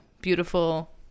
beautiful